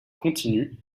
continue